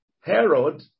Herod